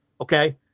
okay